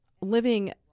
living